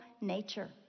nature